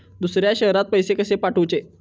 दुसऱ्या शहरात पैसे कसे पाठवूचे?